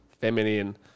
feminine